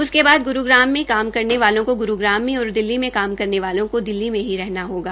उसके बाद गुरूग्राम में काम करने वाले को गुरूग्राम में और दिल्ली में काम करने वाले को दिल्ली में ही रहना होगा